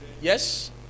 Yes